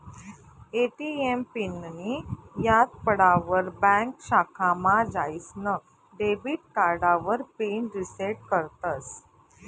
ATM पिननीं याद पडावर ब्यांक शाखामा जाईसन डेबिट कार्डावर पिन रिसेट करतस